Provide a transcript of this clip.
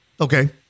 Okay